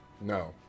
No